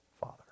father